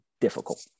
difficult